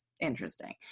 interesting